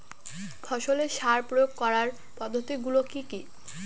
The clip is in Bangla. ফসলের সার প্রয়োগ করার পদ্ধতি গুলো কি কি?